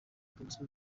promotion